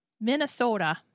Minnesota